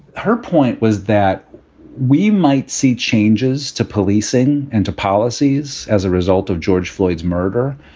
her point was that we might see changes to policing and to policies as a result of george floyds murder.